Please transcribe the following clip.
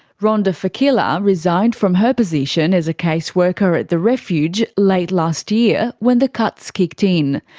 rhonda fekeila resigned from her position as a case worker at the refuge late last year, when the cuts kicked in.